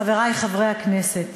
חברי חברי הכנסת,